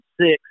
six